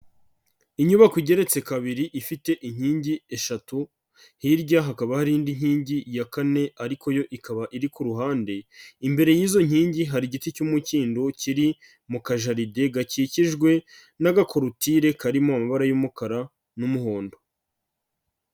Inyubako igeretse kabiri ifite inkingi eshatu, hirya hakaba hari indi nkingi ya kane ariko yo ikaba iri ku ruhande, imbere y'izo nkingi hari igiti cy'umukindo kiri mu kajaride gakikijwe n'agakorotire kari mu mabara y'umukara n'umuhondo.